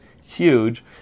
huge